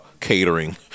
catering